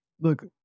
Look